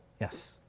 Yes